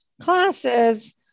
classes